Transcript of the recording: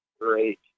great